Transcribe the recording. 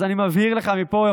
אז אני מבהיר לך מפה,